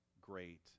great